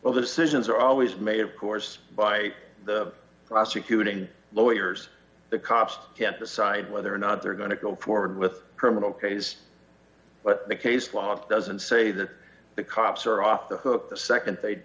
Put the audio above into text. well decisions are always made of course by the prosecuting lawyers the cops can't decide whether or not they're going to go forward with criminal cases but the case law doesn't say that the cops are off the hook the